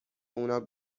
اونا